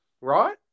right